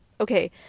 Okay